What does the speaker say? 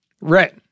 Right